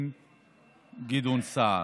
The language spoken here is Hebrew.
המשפטים גדעון סער.